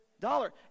Dollar